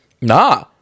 Nah